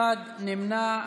אחד נמנע.